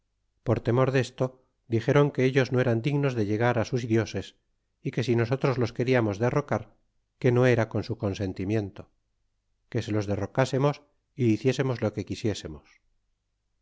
por temor desto dixéron que ellos no eran dignos de llegar sus dioses y que si nosotros los queriamos derrocar que no era con su consentimiento que se los derrocásemos y hiciésemos lo que quisiésemos